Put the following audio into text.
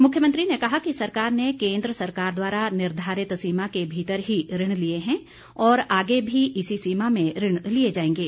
मुख्यमंत्री ने कहा कि सरकार ने केंद्र सरकार द्वारा निर्धारित सीमा के भीतर ही ऋण लिए हैं और आगे भी इसी सीमा में ऋण लिए जाएंगे